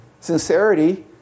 Sincerity